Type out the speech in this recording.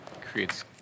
creates